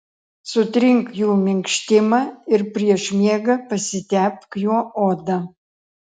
sutrink jų minkštimą ir prieš miegą pasitepk juo odą